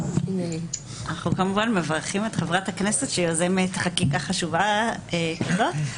אנחנו כמובן מברכים את חברת הכנסת שיוזמת חקיקה חשובה כזאת.